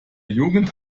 jugend